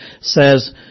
says